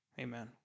Amen